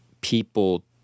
people